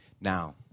Now